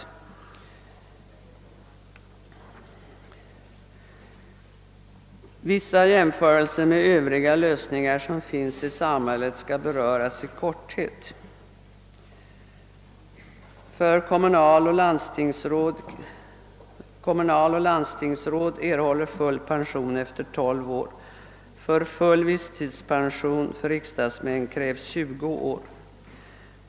Jag skall i korthet göra vissa jämförelser med övriga lösningar som man kommit fram till inom olika områden i samhället. Kommunaloch landstingsråd erhåller full pension efter tolv år. För full visstidspension för riksdagsman krävs 20 år.